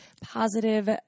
positive